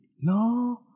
No